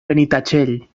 benitatxell